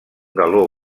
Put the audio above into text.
galó